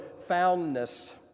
foundness